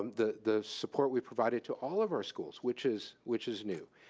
um the the support we provided to all of our schools which is which is new.